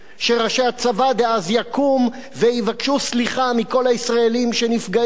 שראשי הצבא דאז יקומו ויבקשו סליחה מכל הישראלים שנפגעים,